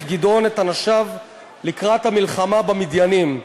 גדעון את אנשיו לקראת המלחמה במדיינים.